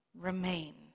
remain